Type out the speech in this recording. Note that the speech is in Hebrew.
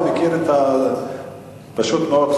פשוט מאוד,